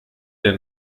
der